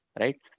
right